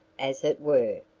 as it were.